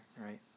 right